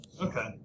Okay